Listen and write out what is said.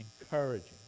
encouraging